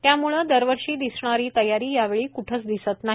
त्यामुळं दरवर्षी दिसणारी तयारी यावेळी क्ठंच दिसत नाही